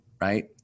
right